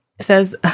says